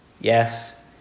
Yes